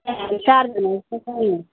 ए हामी चारजना जस्तो छ यहाँ